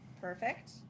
Perfect